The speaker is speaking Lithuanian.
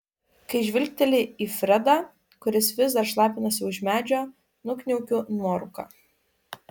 kai žvilgteli į fredą kuris vis dar šlapinasi už medžio nukniaukiu nuorūką